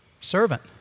Servant